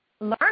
Learn